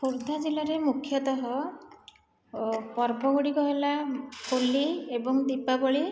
ଖୋର୍ଦ୍ଧା ଜିଲ୍ଲାରେ ମୁଖ୍ୟତଃ ପର୍ବଗୁଡ଼ିକ ହେଲା ହୋଲି ଏବଂ ଦୀପାବଳି